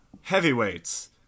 Heavyweights